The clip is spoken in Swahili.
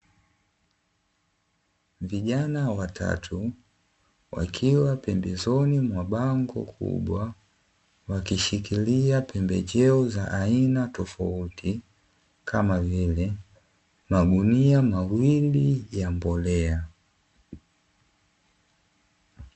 Vijana watatu wakiwa pembezoni mwa bango kubwa, wakishikilia pembejeo za aina tofauti kama vile magunia mawili ya mbolea.